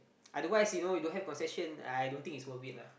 otherwise you know you don't have concession I don't think it's worth it lah